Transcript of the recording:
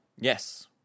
Yes